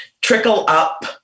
trickle-up